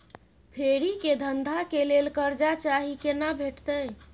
फेरी के धंधा के लेल कर्जा चाही केना भेटतै?